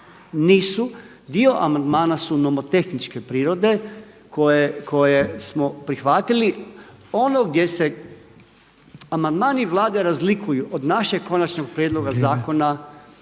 nisu. Dio amandmana su nomotehničke prirode koje smo prihvatili. Ono gdje se amandmani Vlade razlikuju od našeg konačnog prijedloga zakona